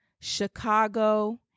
Chicago